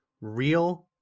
real